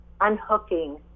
unhooking